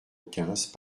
quinze